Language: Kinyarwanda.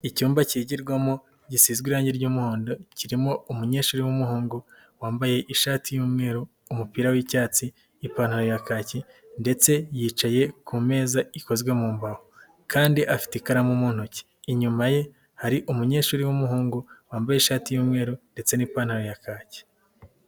Icyumba kigirwamo gisizwe irangi ry'umuhondo kirimo umunyeshuri w'umuhungu wambaye ishati y'umweru, umupira w'icyatsi n'ipantaro ya kaki ndetse yicaye ku meza ikozwe mu mbaho kandi afite ikaramu mu ntoki, inyuma ye hari umunyeshuri w'umuhungu wambaye ishati y'umweru ndetse n'ipantaro ya kaki.